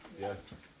Yes